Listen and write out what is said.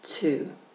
Two